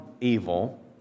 evil